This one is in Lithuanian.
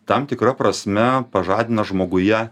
tam tikra prasme pažadina žmoguje